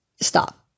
stop